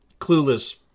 Clueless